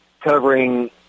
covering